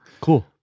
Cool